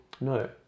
no